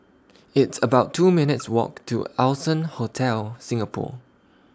It's about two minutes' Walk to Allson Hotel Singapore